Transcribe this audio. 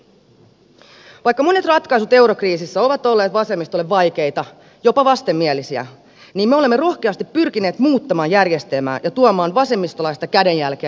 vaikka monet ratkaisut eurokriisissä ovat olleet vasemmistolle vaikeita jopa vastenmielisiä me olemme rohkeasti pyrkineet muuttamaan järjestelmää ja tuomaan vasemmistolaista kädenjälkeä europolitiikkaan